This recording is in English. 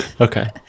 okay